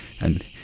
And-